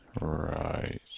Right